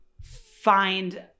find